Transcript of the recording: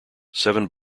seven